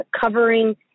covering